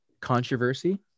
controversy